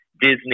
disney